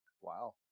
Wow